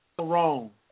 wrong